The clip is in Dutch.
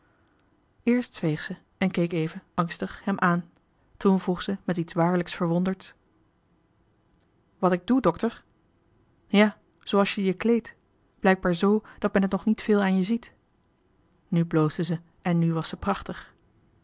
eerst zweeg ze en keek even angstig hem aan toen vroeg ze met iets waarlijk verwonderds wat ik doe dokter ja zooals je je kleedt blijkbaar zoo dat men het nog niet veel aan je ziet nu bloosde ze en nu was ze prachtig